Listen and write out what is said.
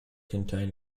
contain